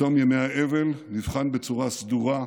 בתום ימי האבל נבחן בצורה סדורה,